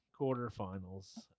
quarterfinals